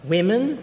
Women